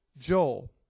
Joel